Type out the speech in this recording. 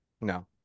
no